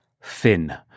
fin